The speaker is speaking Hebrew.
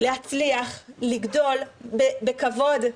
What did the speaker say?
להצליח לגדול בכבוד.